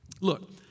Look